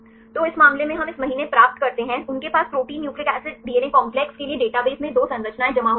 तो इस मामले में हम इस महीने प्राप्त करते हैं उनके पास protein nucleic acid DNA complex के लिए डेटाबेस में 2 संरचनाएं जमा होती हैं